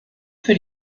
für